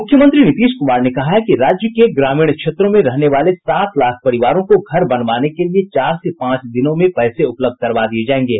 मुख्यमंत्री नीतीश कुमार ने कहा है कि राज्य के ग्रामीण क्षेत्रों में रहने वाले सात लाख परिवारों को घर बनवाने के लिए चार से पांच दिनों में पैसे उपलब्ध करवा दिये जायेंगे